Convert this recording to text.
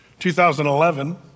2011